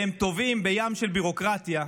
והם טובעים בים של ביורוקרטיה.